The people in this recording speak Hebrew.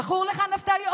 זכור לך, נפתלי?